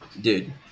Dude